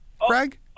Craig